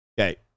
Okay